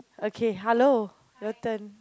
okay hello your turn